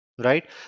Right